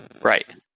Right